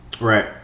Right